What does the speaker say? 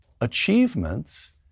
achievements